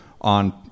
on